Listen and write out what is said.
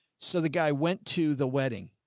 so the guy went to the wedding,